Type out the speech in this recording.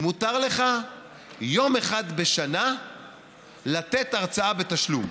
מותר לך יום אחד בשנה לתת הרצאה בתשלום,